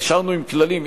נשארנו עם כללים.